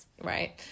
right